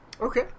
okay